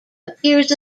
appears